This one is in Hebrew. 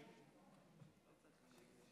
עשר